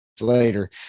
later